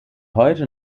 heute